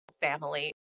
family